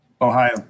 Ohio